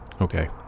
Okay